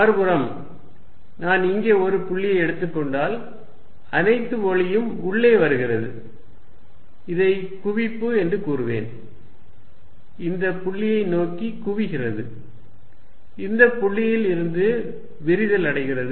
மறுபுறம் நான் இங்கே ஒரு புள்ளியை எடுத்துக் கொண்டால் அனைத்து ஒளியும் உள்ளே வருகின்றது இதை குவிப்பு என்று கூறுவேன் இந்த புள்ளியை நோக்கி குவிகிறது இந்த புள்ளியில் இருந்து விரிதல் அடைகிறது